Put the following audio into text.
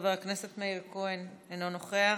חבר הכנסת מאיר כהן, אינו נוכח,